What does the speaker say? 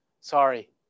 Sorry